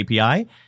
API